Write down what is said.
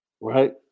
right